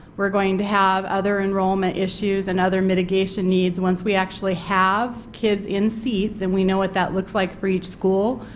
we are going to have other enrollment issues and other mitigation needs once we actually have kids in seats and we know what that looks like for each school,